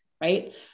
right